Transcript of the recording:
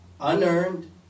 Unearned